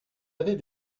avez